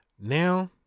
Now